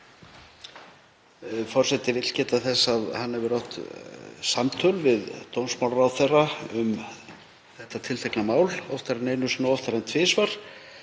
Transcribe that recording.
Forseti vill geta þess að hann hefur átt samtöl við dómsmálaráðherra um þetta tiltekna mál oftar en einu sinni og oftar en tvisvar